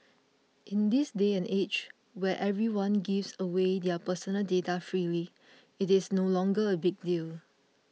in this day and age where everyone gives away their personal data freely it is no longer a big deal